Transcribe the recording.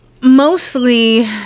mostly